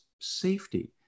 safety